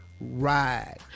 Ride